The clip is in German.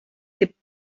gibt